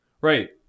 Right